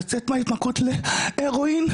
לצאת מההתמכרות להרואין,